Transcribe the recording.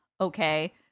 Okay